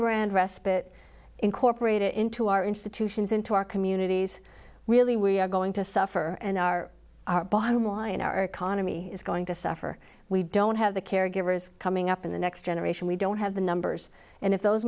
and respite incorporated into our institutions into our communities really we are going to suffer and our bottom line our economy is going to suffer we don't have the caregivers coming up in the next generation we don't have the numbers and if those